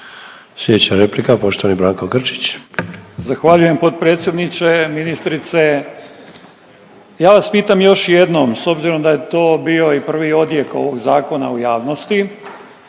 Slijedeća replika, poštovani Branko Grčić. **Grčić, Branko (SDP)** Zahvaljujem potpredsjedniče, ministrice. Ja vas pitam još jednom s obzirom da je to bio i prvi odjek ovog zakona u javnosti.